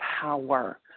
power